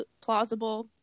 plausible